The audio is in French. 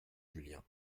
julien